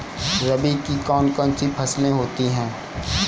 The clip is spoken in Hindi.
रबी की कौन कौन सी फसलें होती हैं?